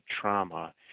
trauma